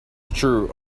true